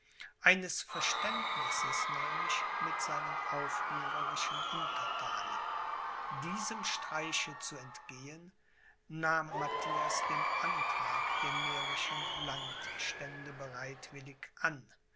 eines verständnisses nämlich mit seinen aufrührerischen unterthanen diesem streiche zu entgehen nahm matthias den antrag der mährischen landstände bereitwillig an